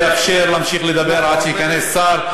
לאפשר להמשיך לדבר עד שייכנס שר,